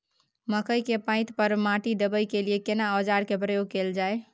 मकई के पाँति पर माटी देबै के लिए केना औजार के प्रयोग कैल जाय?